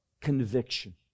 conviction